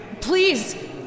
Please